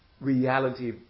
reality